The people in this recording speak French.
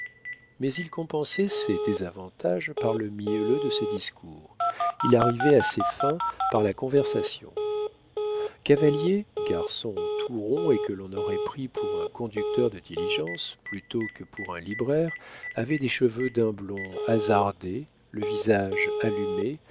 mais il compensait ces désavantages par le mielleux de ses discours il arrivait à ses fins par la conversation cavalier garçon tout rond et que l'on aurait pris pour un conducteur de diligence plutôt que pour un libraire avait des cheveux d'un blond hasardé le visage allumé